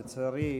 לצערי,